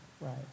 Right